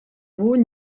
vous